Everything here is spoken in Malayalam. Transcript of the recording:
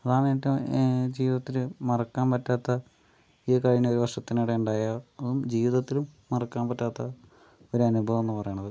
അതാണ് ഏറ്റവും ജീവിതത്തില് മറക്കാൻ പറ്റാത്ത ഈ കഴിഞ്ഞ ഒരു വർഷത്തിനിടെ ഉണ്ടായ ജീവിതത്തിലും മറക്കാൻ പറ്റാത്ത ഒരനുഭവമെന്ന് പറയണത്